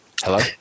Hello